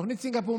תוכנית סינגפור.